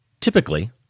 typically